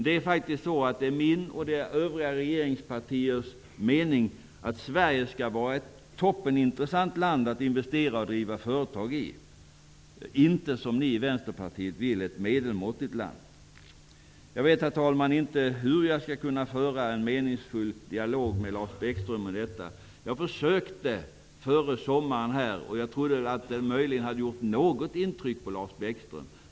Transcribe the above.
Det är min och övriga regeringspartiers mening att Sverige skall vara ett toppenintressant land att investera och driva företag i -- inte ett medelmåttigt land, som ni i Vänsterpartiet vill. Herr talman! Jag vet inte hur jag skall kunna föra en meningsfull dialog med Lars Bäckström i denna fråga. Jag försökte göra det innan sommaren, och jag trodde att det möjligen hade gjort något intryck på Lars Bäckström.